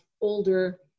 older